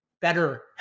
better